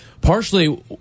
partially